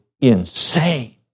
insane